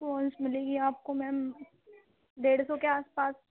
ٹرونس ملے گی آپ کو میم ڈیڑھ سو کے آس پاس